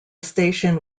station